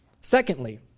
Secondly